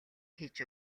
хийж